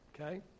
Okay